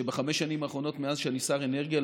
שבחמש השנים האחרונות מאז שאני שר האנרגיה,